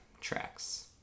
tracks